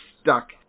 stuck